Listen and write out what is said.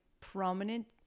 prominent